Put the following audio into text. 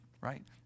right